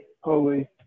Holy